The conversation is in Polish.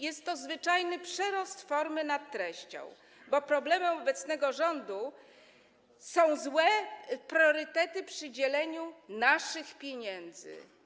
Jest to zwyczajny przerost formy nad treścią, bo problemem obecnego rządu są złe priorytety przy dzieleniu naszych pieniędzy.